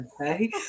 Okay